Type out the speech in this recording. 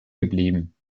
geblieben